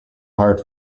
heart